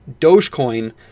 Dogecoin